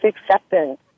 acceptance